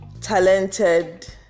talented